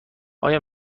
آیا